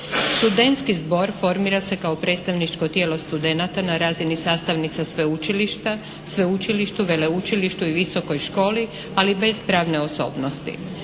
Studentski zbor formira se kao predstavničko tijelo studenata na razini sastavnica Sveučilištu, Veleučilištu i Visokoj školi ali bez pravne osobnosti.